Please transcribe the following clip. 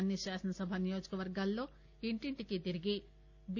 అన్ని శాసనసభ నియోజకవర్గాల్లో ఇంటింటికి తిరిగి బి